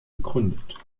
begründet